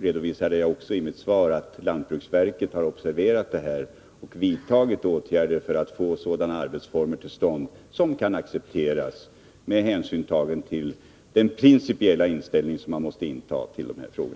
redovisade jag i mitt svar att lantbruksverket har observerat det här aktuella samarbetet och vidtagit åtgärder för att få till stånd sådana arbetsformer som kan accepteras med hänsyn tagen till den principiella inställning som man måste ha till dessa frågor.